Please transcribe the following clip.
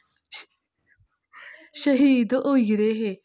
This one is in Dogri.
शहीद होई गेदे हे्